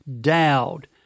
dowd